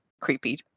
creepy